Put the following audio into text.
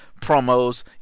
Promos